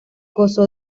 gozó